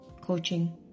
coaching